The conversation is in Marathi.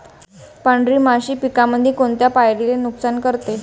पांढरी माशी पिकामंदी कोनत्या पायरीले नुकसान करते?